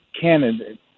candidate